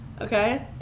Okay